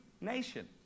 nation